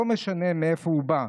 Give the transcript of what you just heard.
לא משנה מאיפה הוא בא,